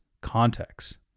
context